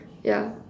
yeah